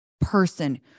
person